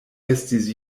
estis